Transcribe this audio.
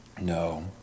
No